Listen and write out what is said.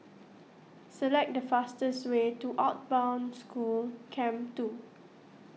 select the fastest way to out Bound School Camp two